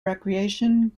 recreation